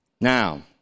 Now